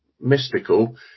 mystical